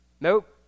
nope